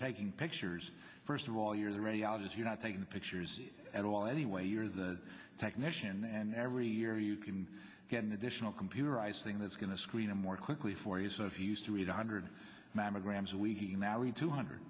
taking pictures first of all you're the radiologist you're not taking pictures at all anyway you're the technician and every year you can get an additional computerized thing that's going to screen them more quickly for you so if you used to read one hundred mammograms